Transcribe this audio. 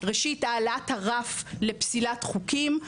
ראשית העלאת הרף לפסילת חוקים,